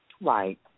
Right